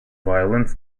violent